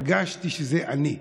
הרגשתי שזה אני.